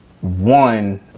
one